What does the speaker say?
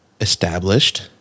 Established